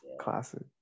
classic